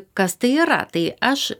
kas tai yra tai aš